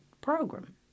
program